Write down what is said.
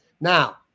Now